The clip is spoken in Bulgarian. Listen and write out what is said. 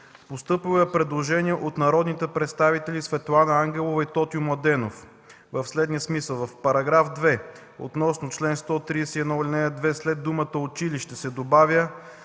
Постъпило е предложение от народните представители Светлана Ангелова и Тотю Младенов в следния смисъл: „В § 2 относно чл. 131, ал. 2 след думата „училище” се добавя